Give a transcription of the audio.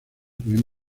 pueden